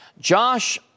Josh